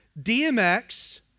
DMX